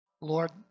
Lord